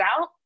out